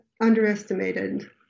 underestimated